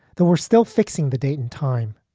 though we're still fixing the date and time.